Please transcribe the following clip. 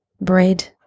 bread